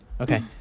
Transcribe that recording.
Okay